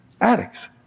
Addicts